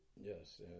yes